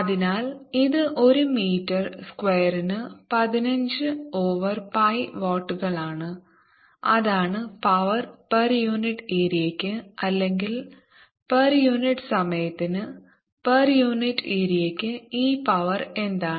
അതിനാൽ ഇത് ഒരു മീറ്റർ സ്ക്വയറിന് പതിനഞ്ച് ഓവർ പൈ വാട്ടുകളാണ് അതാണ് പവർ പെർ യൂണിറ്റ് ഏരിയയ്ക്ക് അല്ലെങ്കിൽ പെർ യൂണിറ്റ് സമയത്തിന് പെർ യൂണിറ്റ് ഏരിയയ്ക്ക് ഈ പവർ എന്താണ്